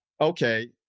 okay